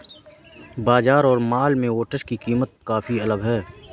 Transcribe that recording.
बाजार और मॉल में ओट्स की कीमत काफी अलग है